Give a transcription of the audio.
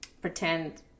pretend